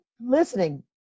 listening